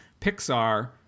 Pixar